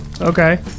okay